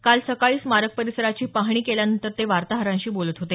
काल सकाळी स्मारक परिसराची पाहणी केल्यानंतर ते वार्ताहरांशी बोलत होते